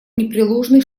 непреложный